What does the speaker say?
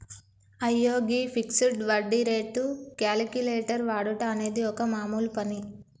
అయ్యో గీ ఫిక్సడ్ వడ్డీ రేటు క్యాలిక్యులేటర్ వాడుట అనేది ఒక మామూలు పని